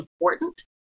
important